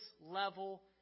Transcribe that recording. level